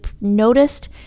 noticed